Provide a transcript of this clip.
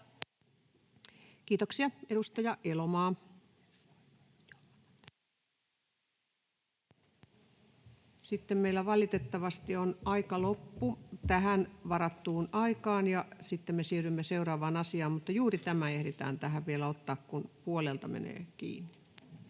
Kiitoksia. — Edustaja Elomaa. — Sitten meillä valitettavasti on aika loppu tähän varattuun aikaan, ja sitten me siirrymme seuraavaan asiaan, mutta juuri tämä ehditään tähän vielä ottaa, kun puolelta menee kiinni.